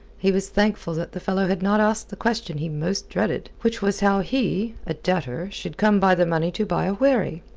he was thankful that the fellow had not asked the question he most dreaded, which was how he, a debtor, should come by the money to buy a wherry.